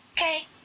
okay